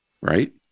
right